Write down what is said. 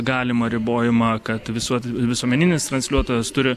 galimą ribojimą kad visuot visuomeninis transliuotojas turi